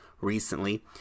recently